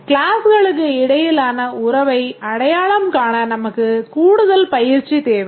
க்ளாஸ்களுக்கு இடையிலான உறவை அடையாளம் காண நமக்கு கூடுதல் பயிற்சி தேவை